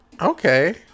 Okay